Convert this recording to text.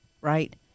right